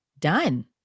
done